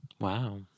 Wow